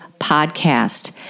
Podcast